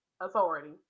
authority